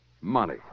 money